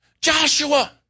Joshua